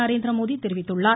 நரேந்திரமோடி தெரிவித்துள்ளார்